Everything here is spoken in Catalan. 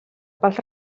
pels